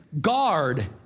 Guard